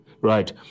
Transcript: right